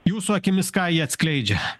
jūsų akimis ką ji atskleidžia